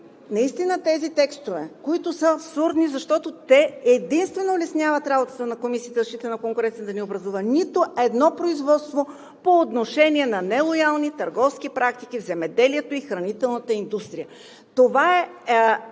наистина тези текстове да отпаднат. Те са абсурдни, защото единствено улесняват работата на Комисията за защита на конкуренцията да не образува нито едно производство по отношение на нелоялни търговски практики в земеделието и хранителната индустрия. Това е